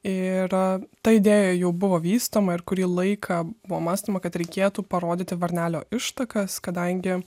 ir ta idėja jau buvo vystoma ir kurį laiką buvo mąstoma kad reikėtų parodyti varnelio ištakas kadangi